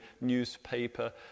newspaper